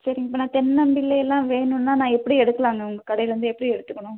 சரிங்க இப்போ நான் தென்னம்பிள்ளைலாம் வேணும்னா நான் எப்படி எடுக்கலாம்ங்க உங்கள் கடைலேருந்து எப்படி எடுத்துக்கணும்